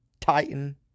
Titan